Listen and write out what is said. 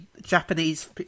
Japanese